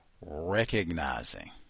Recognizing